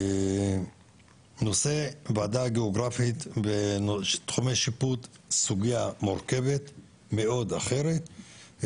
נושא הוועדה הגיאוגרפית ותחומי שיפוט זו סוגיה מורכבת מאוד ואחרת,